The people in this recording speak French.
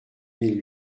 mille